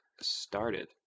started